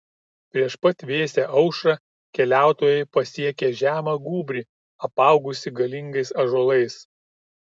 prieš pat vėsią aušrą keliautojai pasiekė žemą gūbrį apaugusį galingais ąžuolais